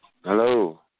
Hello